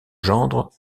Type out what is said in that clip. gendre